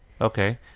Okay